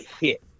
hit